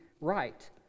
right